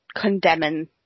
condemning